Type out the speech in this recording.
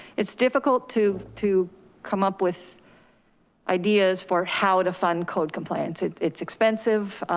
it's difficult to to come up with ideas for how to fund code compliance, it's it's expensive.